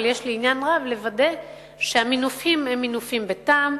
אבל יש לי עניין רב לוודא שהמינופים הם מינופים בטעם.